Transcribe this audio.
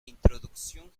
introducción